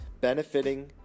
benefiting